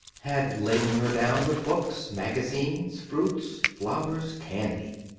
had laden her down with books, magazines, fruit, flowers, candy.